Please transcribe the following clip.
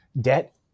debt